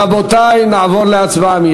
רבותי, נעבור להצבעה.